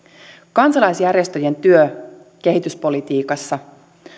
kansalaisjärjestöjen työ kehityspolitiikassa